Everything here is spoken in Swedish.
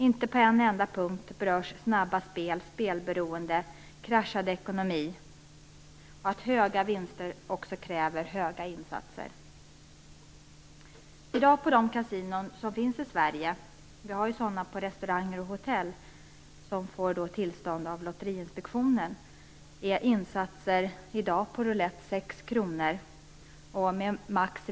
Inte på en enda punkt berörs snabba spel, spelberoende, kraschad ekonomi och att höga vinster också kräver höga insatser. På de kasinon som finns i Sverige i dag - det finns ju sådana på restauranger och hotell, som får tillstånd av Lotteriinspektionen - är insatsen i dag på roulett 146 kr.